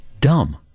dumb